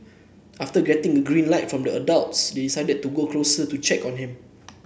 after getting a green light from the adults they decided to go closer to check on him